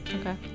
Okay